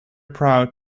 proud